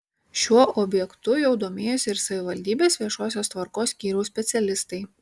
šiuo objektu jau domėjosi ir savivaldybės viešosios tvarkos skyriaus specialistai